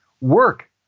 work